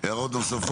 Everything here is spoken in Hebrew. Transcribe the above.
אוקי, הערות נוספות?